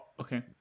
okay